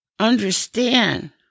Understand